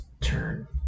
turn